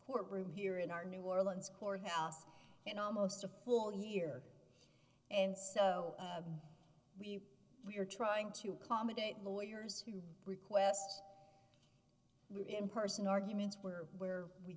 court room here in our new orleans courthouse and almost a full year and so we we are trying to accommodate lawyers who request live in person arguments where where we